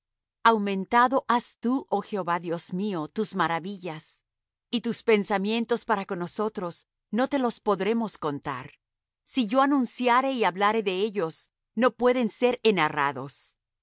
aumentado has tú oh jehová dios mío tus maravillas y tus pensamientos para con nosotros no te los podremos contar si yo anunciare y hablare de ellos no pueden ser enarrados